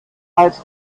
als